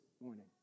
morning